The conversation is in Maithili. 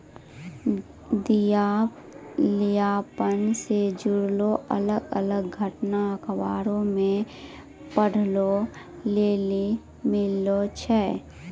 दिबालियापन से जुड़लो अलग अलग घटना अखबारो मे पढ़ै लेली मिलै छै